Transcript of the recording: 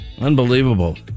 Unbelievable